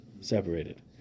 separated